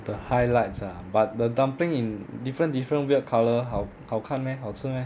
the highlights ah but the dumpling in different different weird colour 好好看 meh 好吃 meh